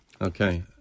Okay